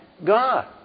God